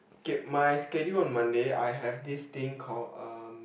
okay my schedule on Monday I have this thing called um